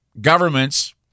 governments